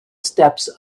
steps